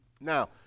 Now